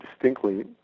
distinctly